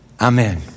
Amen